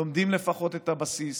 לומדים לפחות את הבסיס